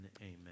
amen